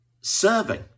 serving